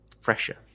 fresher